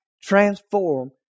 transform